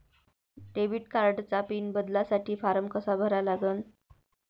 Debit कार्डचा PIN बदलासाठी form कसा भरा लागन?